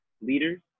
leaders